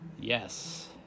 Yes